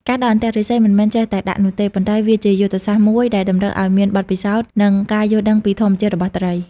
ការដាក់អន្ទាក់ឫស្សីមិនមែនចេះតែដាក់នោះទេ ប៉ុន្តែវាជាយុទ្ធសាស្ត្រមួយដែលតម្រូវឲ្យមានបទពិសោធន៍ និងការយល់ដឹងពីធម្មជាតិរបស់ត្រី។